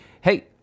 hey